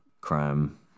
crime